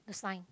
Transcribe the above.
the sign